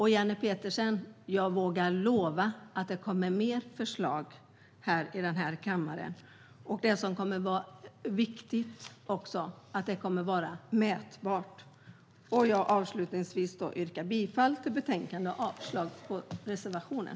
Jenny Petersson! Jag vågar lova att det kommer fler förslag till kammaren. De kommer också att vara mätbara. Jag yrkar bifall till förslaget i betänkandet och avslag på reservationen.